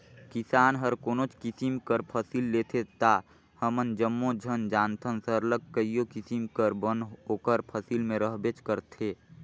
किसान हर कोनोच किसिम कर फसिल लेथे ता हमन जम्मो झन जानथन सरलग कइयो किसिम कर बन ओकर फसिल में रहबेच करथे